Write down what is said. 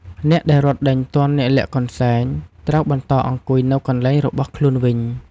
អ្នកដែលរត់ដេញទាន់ អ្នកលាក់កន្សែងត្រូវបន្តអង្គុយនៅកន្លែងរបស់ខ្លួនវិញ។